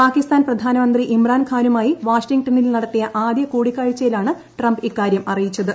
പാകിസ്ഥാൻ പ്രധാനമന്ത്രി ഇമ്രാൻഖാനുമായി വാഷിംഗ്ടണിൽ നടത്തിയ ആദ്യ കൂടിക്കാഴ്ചയിലാണ് ട്രംപ് ഇക്കാരൃം അറിയിച്ചത്